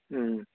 ꯎꯝ